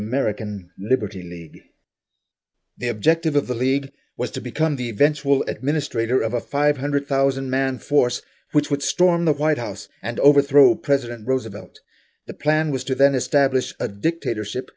american liberty the objective of the league was to become the eventual administrator of a five hundred thousand man force which would storm the white house and overthrow president roosevelt the plan was to then establish a dictatorship